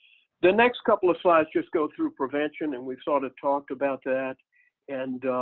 the next couple of slides just go through prevention and we saw to talk about that and